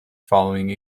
following